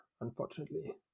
unfortunately